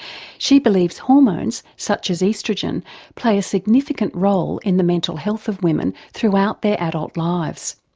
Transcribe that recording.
she believes hormones such as oestrogen play a significant role in the mental health of women throughout their adult lives.